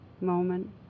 moment